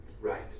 Right